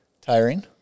tiring